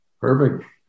Perfect